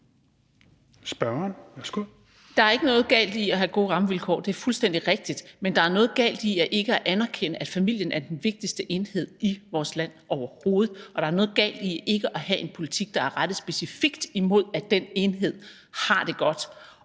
Der er ikke noget galt i at have gode rammevilkår. Det er fuldstændig rigtigt, men der er noget galt i ikke at anerkende, at familien er den vigtigste enhed i vores land overhovedet, og der er noget galt i ikke at have en politik, der er rettet specifikt imod, at den enhed har det godt